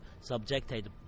subjected